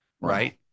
right